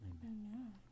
Amen